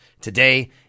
today